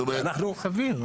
זאת אומרת, מדובר פה --- סביר.